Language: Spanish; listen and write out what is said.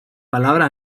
palabra